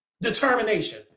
Determination